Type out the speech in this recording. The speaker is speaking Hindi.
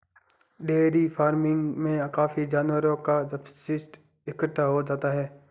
डेयरी फ़ार्मिंग में काफी जानवरों का अपशिष्ट इकट्ठा हो जाता है